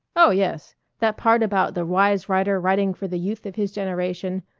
oh, yes that part about the wise writer writing for the youth of his generation,